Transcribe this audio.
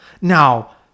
now